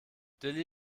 dili